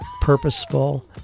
purposeful